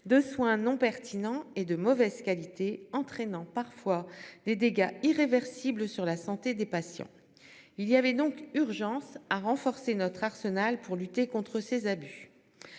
De soins non pertinents et de mauvaise qualité, entraînant parfois des dégâts irréversibles sur la santé des patients. Il y avait donc urgence à renforcer notre arsenal pour lutter contre ces abus.